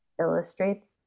illustrates